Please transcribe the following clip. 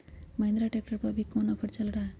Mahindra tractor पर अभी कोन ऑफर चल रहा है?